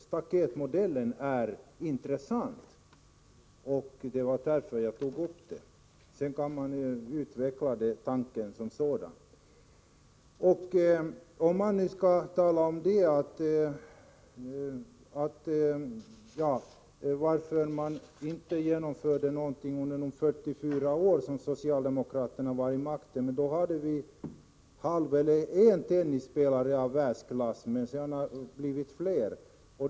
Staketmodellen är intressant, och det var därför jag tog upp den. Sedan kan man utveckla tanken som sådan. Om vi nu skall tala om varför man inte genomförde något under de 44 år som socialdemokraterna hade makten, så vill jag säga att då hade vi en tennisspelare av världsklass. Sedan har det blivit fler.